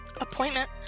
Appointment